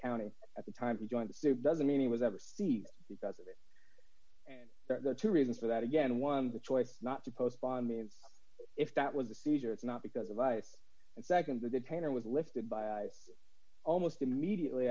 county at the time he joined the suit doesn't mean he was ever see because of it and the two reasons for that again one the choice not to post bond means if that was a seizure it's not because of life and nd the detainer was lifted by almost immediately